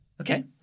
Okay